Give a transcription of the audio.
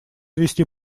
вести